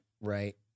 right